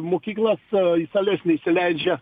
mokyklas į sales neįsileidžia